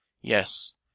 Yes